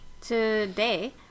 today